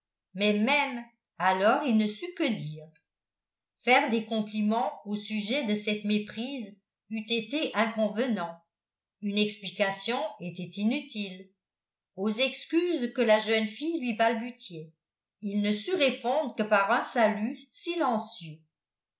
mais même alors il ne sut que dire faire des compliments au sujet de cette méprise eût été inconvenant une explication était inutile aux excuses que la jeune fille lui balbutiait il ne sut répondre que par un salut silencieux